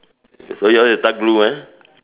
so yours is dark blue ah